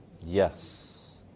Yes